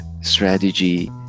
strategy